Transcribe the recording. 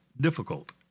difficult